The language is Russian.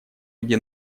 где